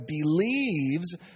believes